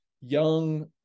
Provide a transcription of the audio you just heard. young